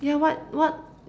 yeah what what